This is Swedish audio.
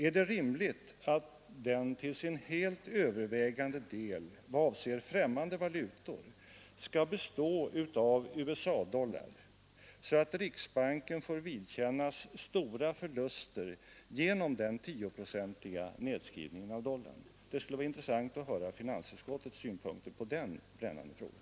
Är det rimligt att den till sin helt övervägande del vad avser främmande valutor skall bestå av USA-dollar, så att riksbanken får vidkännas stora förluster genom den 10-procentiga nedskrivningen av dollarn? Det skulle vara intressant att få höra finansutskottets synpunkter på den brännande frågan.